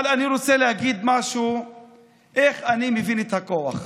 אבל אני רוצה להגיד איך אני מבין את הכוח.